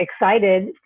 excited